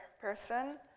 person